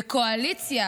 בקואליציה